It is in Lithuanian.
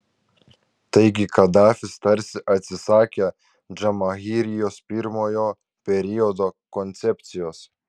taigi kadafis tarsi atsisakė džamahirijos pirmojo periodo koncepcijos